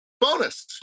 bonus